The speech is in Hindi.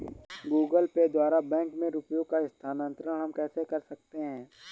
गूगल पे द्वारा बैंक में रुपयों का स्थानांतरण हम कैसे कर सकते हैं?